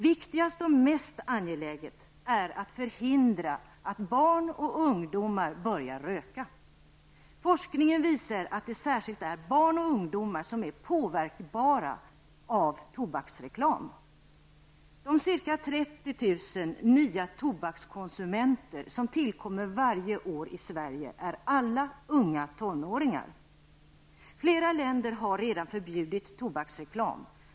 Viktigast och mest angeläget är att förhindra att barn och ungdomar börjar röka. Forskningen visar att det särskilt är barn och ungdomar som är påverkbara av tobaksreklam. De ca 30 000 nya tobakskonsumenter som tillkommer varje år i Sverige är alla unga tonåringar. Flera länder har redan förbjudit tobaksreklam.